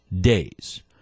days